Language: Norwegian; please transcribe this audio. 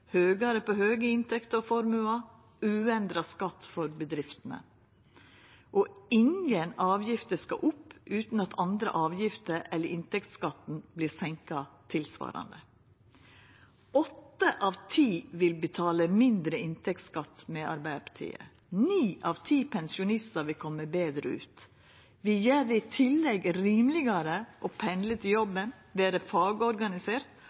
høgare på høge inntekter og formue, uendra skatt for bedriftene. Og ingen avgifter skal opp utan at andre avgifter eller inntektsskatten vert senka tilsvarande. Åtte av ti vil betala mindre inntektsskatt med Arbeidarpartiet. Ni av ti pensjonistar vil koma betre ut. Vi gjer det i tillegg rimelegare å pendla til jobben, vera fagorganisert